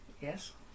Yes